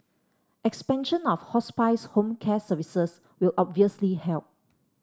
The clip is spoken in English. expansion of hospice home care services will obviously help